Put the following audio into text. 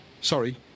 sorry